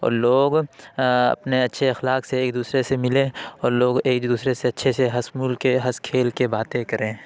اور لوگ اپنے اچھے اخلاق سے ایک دوسرے سے ملیں اور لوگ ایک دوسرے سے اچھے سے ہنس مل کے ہنس کھیل کے باتیں کریں